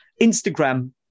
Instagram